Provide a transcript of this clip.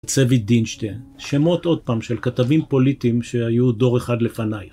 צבי דינשטיין, שמות עוד פעם של כתבים פוליטיים שהיו דור אחד לפנייך.